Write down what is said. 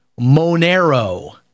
Monero